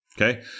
okay